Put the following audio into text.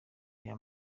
reba